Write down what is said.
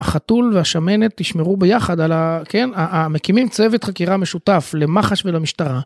החתול והשמנת תשמרו ביחד על ה... כן? המקימים צוות חקירה משותף למח"ש ולמשטרה.